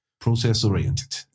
Process-oriented